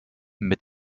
mit